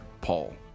Paul